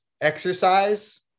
exercise